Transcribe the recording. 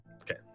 Okay